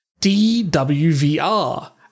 DWVR